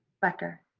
becker?